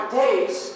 days